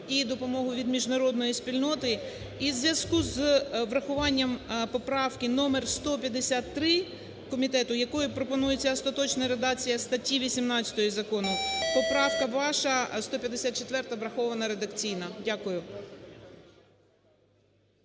і допомогу від міжнародної спільноти. І у зв'язку з врахуванням поправки № 153 комітету, якою пропонується остаточна редакція статті 18 закону, поправка ваша 154 врахована редакційно. Дякую.